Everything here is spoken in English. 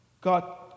God